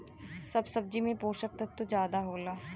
सब सब्जी में पोसक तत्व जादा होला